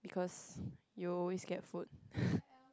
because you always get food